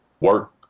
work